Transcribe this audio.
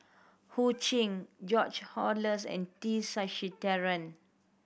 Ho Ching George Oehlers and T Sasitharan